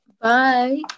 bye